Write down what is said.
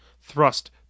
Thrust